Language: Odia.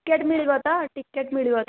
ଟିକେଟ୍ ମିଳିବ ତ ଟିକେଟ୍ ମିଳିବ ତ